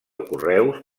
correus